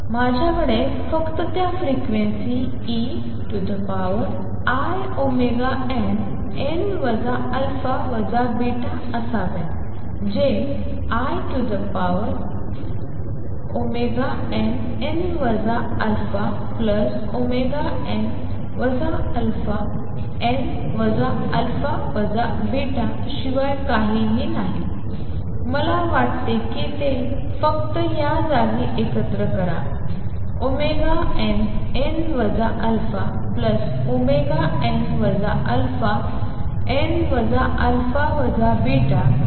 तर माझ्याकडे फक्त त्या फ्रिक्वेन्सी einn α β असाव्यात जे einn αn αn α β शिवाय काहीच नाही मला वाटते की ते फक्त या जागी एकत्र करा nn αn αn α β